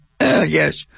Yes